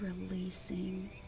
releasing